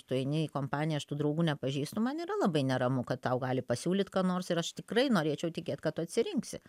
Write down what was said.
tu eini į kompaniją aš tų draugų nepažįstu man yra labai neramu kad tau gali pasiūlyt ką nors ir aš tikrai norėčiau tikėt kad tu atsirinksi